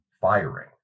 firing